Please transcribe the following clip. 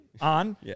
on